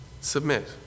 submit